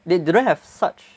they don't have such